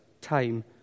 time